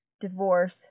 divorce